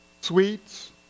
Sweets